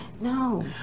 no